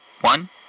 one